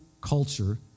culture